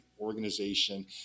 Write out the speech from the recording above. organization